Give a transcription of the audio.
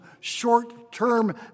short-term